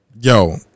Yo